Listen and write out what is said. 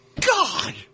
god